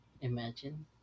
Imagine